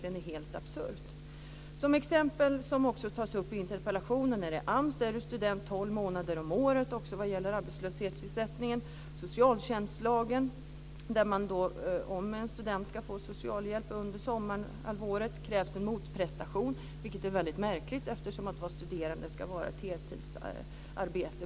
Jag tar i interpellationen upp exempel på att enligt AMS är man vad gäller arbetslöshetsersättningen student tolv månader om året, enligt socialtjänstlagen krävs en motprestation om en student ska få socialhjälp under sommarhalvåret, vilket är märkligt eftersom studierna ska motsvara ett heltidsarbete.